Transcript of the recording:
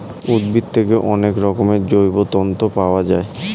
উদ্ভিদ থেকে অনেক রকমের জৈব তন্তু পাওয়া যায়